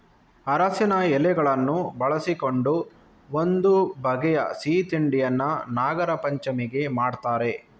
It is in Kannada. ಅರಸಿನ ಎಲೆಗಳನ್ನು ಬಳಸಿಕೊಂಡು ಒಂದು ಬಗೆಯ ಸಿಹಿ ತಿಂಡಿಯನ್ನ ನಾಗರಪಂಚಮಿಗೆ ಮಾಡ್ತಾರೆ